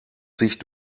sich